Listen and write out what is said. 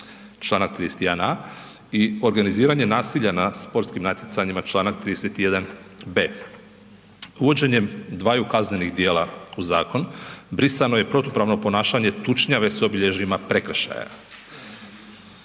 članak 31.a i organiziranje nasilja na sportskim natjecanjima članak 31.b. Uvođenjem dvaju kaznenih djela u zakon brisano je protupravno ponašanje tučnjave s obilježjima prekršaja.